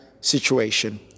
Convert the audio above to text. situation